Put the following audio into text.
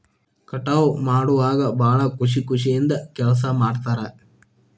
ಕಟಾವ ಮಾಡುವಾಗ ಭಾಳ ಖುಷಿ ಖುಷಿಯಿಂದ ಕೆಲಸಾ ಮಾಡ್ತಾರ